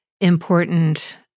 important